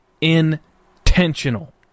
intentional